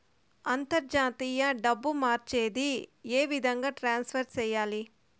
అంతర్జాతీయ డబ్బు మార్చేది? ఏ విధంగా ట్రాన్స్ఫర్ సేయాలి?